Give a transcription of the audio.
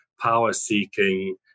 power-seeking